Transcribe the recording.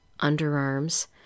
underarms